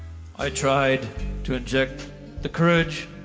i tried to inject the courage